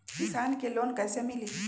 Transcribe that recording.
किसान के लोन कैसे मिली?